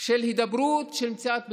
של הידברות, של מציאת פתרונות.